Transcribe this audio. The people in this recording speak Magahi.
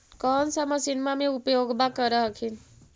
कौन सा मसिन्मा मे उपयोग्बा कर हखिन?